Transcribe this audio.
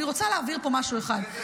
אני רוצה להבהיר פה משהו אחד.